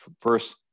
first